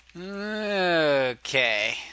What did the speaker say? Okay